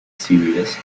series